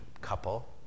couple